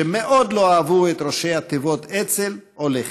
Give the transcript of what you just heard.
שמאוד לא אהבו את ראשי התיבות אצ"ל או לח"י.